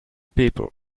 people